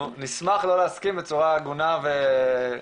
אנחנו נשמח לא להסכים בצורה הגונה ומכבדת.